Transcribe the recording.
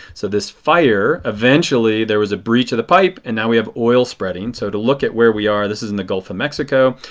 so this fire, eventually there was a breach of the pipe, and now we have oil spreading. so to look at where we are, this is in the gulf of mexico.